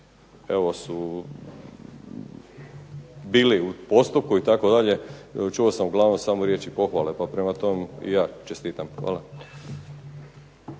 evo su bili u postupku itd. Čuo sam uglavnom samo riječi pohvale, pa prema tome i ja čestitam. Hvala.